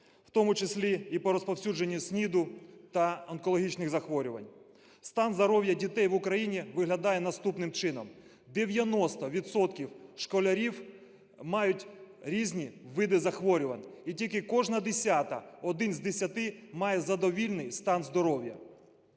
в тому числі і по розповсюдженнюСНІДу та онкологічних захворювань. Стан здоров'я дітей в Україні виглядає наступним чином: 90 відсотків школярів мають різні види захворювань, і тільки кожна десята… один з десяти має задовільний стан здоров'я.